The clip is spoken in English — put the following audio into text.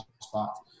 spots